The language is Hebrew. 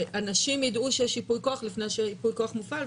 שאנשים ידעו שיש ייפוי כוח לפני שייפוי כוח מופעל,